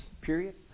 period